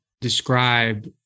describe